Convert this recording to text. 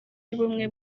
y’ubumwe